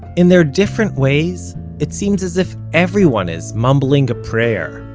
in their different ways, it seems as if everyone is mumbling a prayer,